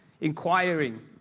inquiring